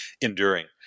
enduring